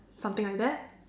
something like that